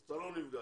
אז אתה לא נפגע.